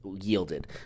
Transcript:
yielded